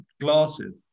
glasses